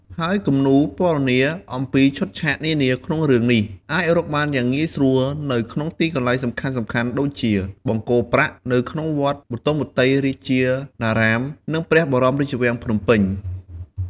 ហើយគំនូរពណ៌នាអំពីឈុតឆាកនានាក្នុងរឿងនេះ អាចរកបានយ៉ាងងាយស្រួលនៅក្នុងទីកន្លែងសំខាន់ៗដូចជា បង្គោលប្រាក់ នៅក្នុង វត្តបទុមវតីរាជវរារាម និង ព្រះបរមរាជវាំងភ្នំពេញ។